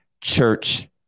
church